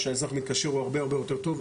כשהאזרח מתקשר הוא הרבה יותר טוב,